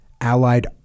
allied